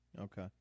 Okay